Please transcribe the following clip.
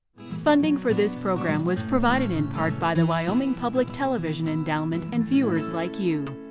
funding for this program was provided in part by the wyoming public television endowment and viewers like you.